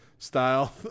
style